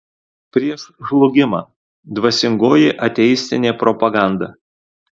prieš žlugimą dvasingoji ateistinė propaganda